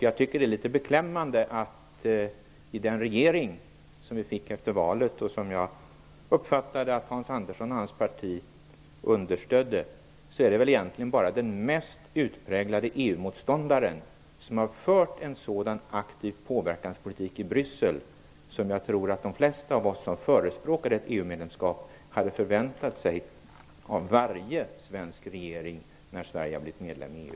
Jag tycker det är litet beklämmande att i den regering som vi fick efter valet och som jag uppfattade att Hans Andersson och hans parti understödde, är det bara den mest utpräglade EU-motståndaren som har fört en sådan aktiv påverkanspolitik i Bryssel som jag tror att de flesta av oss som förespråkade ett EU medlemskap hade förväntat sig av varje minister i en svensk regering när Sverige blivit medlem i EU.